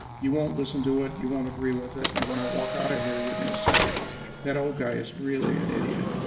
you won't listen to it, you won't agree with it, and when i walk out of here you're going to say that old guy is really an idiot.